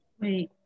Wait